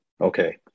Okay